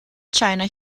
china